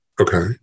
Okay